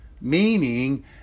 meaning